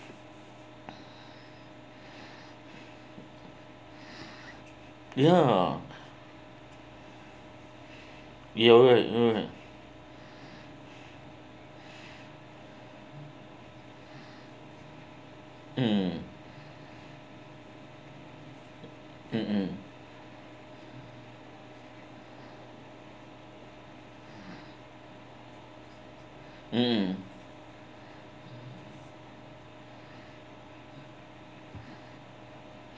ya you're right you're right mm mmhmm mm